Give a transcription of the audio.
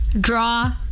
Draw